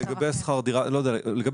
לגבי שכר דירה ספציפי,